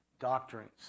doctrines